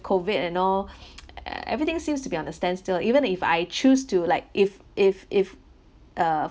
COVID and all everything seems to be on the stand still even if I choose to like if if if uh